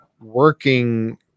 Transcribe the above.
working